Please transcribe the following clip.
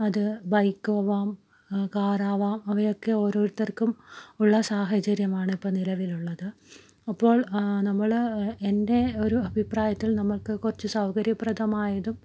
അത് ബൈക്കാവാം കാറാവാം അവയൊക്കെ ഓരോരുത്തർക്കും ഉള്ള സാഹചര്യമാണ് ഇപ്പോൾ നിലവിലുള്ളത് അപ്പോൾ നമ്മൾ എൻ്റെ ഒരു അഭിപ്രായത്തിൽ നമ്മൾക്ക് കുറച്ച് സൗകര്യപ്രദമായതും